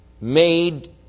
made